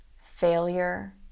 failure